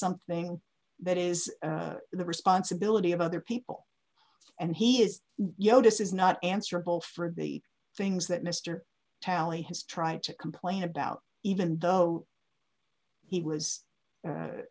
something that is the responsibility of other people and he is you know this is not answerable for the things that mr talley has tried to complain about even though he was